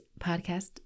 podcast